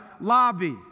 lobby